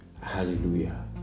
Hallelujah